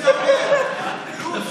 איפה זה עומד?